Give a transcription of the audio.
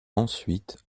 ensuite